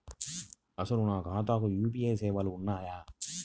అసలు నా ఖాతాకు యూ.పీ.ఐ సేవలు ఉన్నాయా?